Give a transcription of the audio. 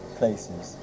places